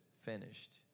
finished